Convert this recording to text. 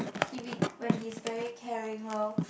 he w~ when he is very caring loh